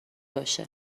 باشه